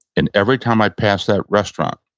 and every time i pass that restaurant,